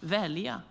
välja.